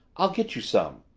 i'll get you some,